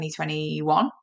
2021